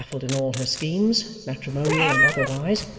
baffled in all her schemes, matrimonial and otherwise,